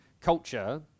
culture